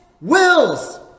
wills